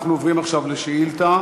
אנחנו עוברים עכשיו לשאילתה,